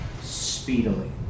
speedily